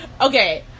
Okay